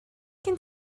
gen